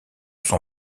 son